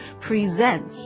presents